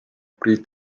priit